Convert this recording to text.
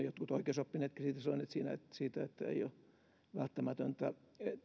jotkut oikeusoppineet kritisoineet siitä että ei ole välttämätöntä